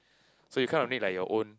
so you kinda need like your own